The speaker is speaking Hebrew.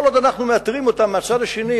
כל עוד אנחנו מאתרים אותם מהצד השני,